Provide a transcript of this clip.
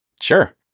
Sure